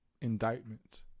indictment